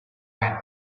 when